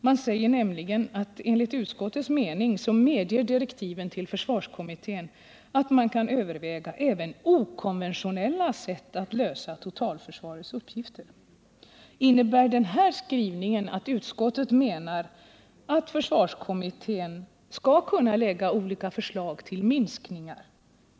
Där sägs nämligen: ”Enligt utskottets mening medger direktiven” — till försvarskommittén — ”att man överväger även okonventionella sätt att lösa totalförsvarets olika uppgifter”. Innebär den här skrivningen att utskottet menar att försvarskommittén skall kunna lägga fram olika förslag till minskningar?